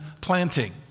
planting